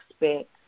expect